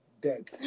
Dead